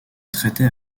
traitait